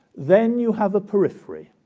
then you have a periphery,